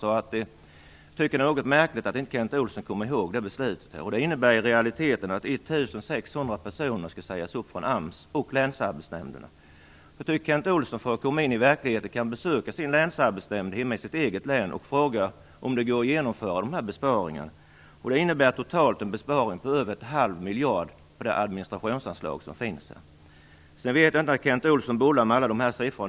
Jag tycker att det är något märkligt att Kent Olsson inte tycks komma ihåg det. Det innebär i realiteten att 1 600 personer skall sägas upp från AMS och länsarbetsnämnderna. Jag tycker att Kent Olsson för att komma in i verkligheten skall besöka länsarbetsnämnden hemma i sitt eget län och fråga om de här besparingarna går att genomföra. De innebär en besparing på över en halv miljard på det administrationsanslag som finns. Kent Olsson bollade med en mängd siffror.